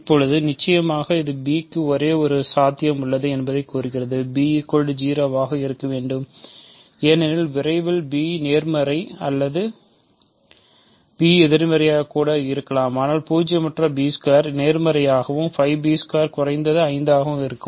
இப்போது நிச்சயமாக இது b க்கு ஒரே ஒரு சாத்தியம் உள்ளது என்பதைக் குறிக்கிறது b 0 ஆக இருக்க வேண்டும் ஏனெனில் விரைவில் b நேர்மறை அல்லது b எதிர்மறையகக்கூட இருக்கலாம் ஆனால் பூஜ்யமற்ற நேர்மறையாகவும் 5 குறைந்தது 5 ஆகவும் இருக்கும்